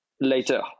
later